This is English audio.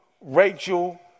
Rachel